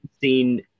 seen